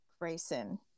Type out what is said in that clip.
Grayson